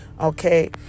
Okay